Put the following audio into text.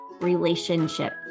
relationship